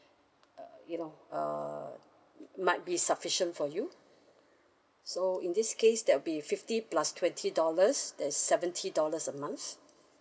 you know err might be sufficient for you so in this case that'll be fifty plus twenty dollars that's seventy dollars a month